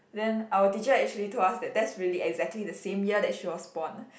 then our teacher actually told us that that's really exactly the same year that she was born